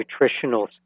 nutritional